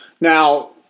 Now